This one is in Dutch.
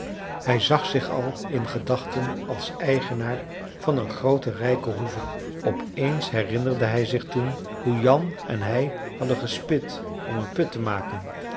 hij zag zich al in gedachten als eigenaar van een groote rijke hoeve op eens herinnerde hij zich toen hoe jan en hij hadden gespit om een put te maken